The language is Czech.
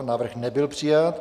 Návrh nebyl přijat.